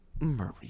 Murray